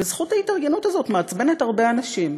וזכות ההתארגנות הזאת מעצבנת הרבה אנשים,